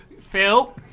Phil